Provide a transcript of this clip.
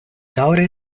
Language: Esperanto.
daŭre